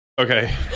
Okay